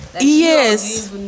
Yes